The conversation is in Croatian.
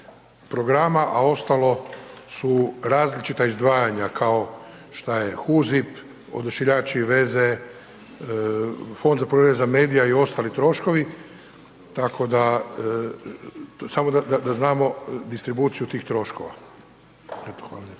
a ostalo su različita izdvajanja kao što je HUZIP, Odašiljači i veze, Fond za pluralizam medija i ostali troškovi tako da samo da znamo distribuciju tih troškova. Eto, hvala.